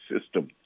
system